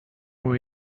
ont